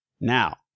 Now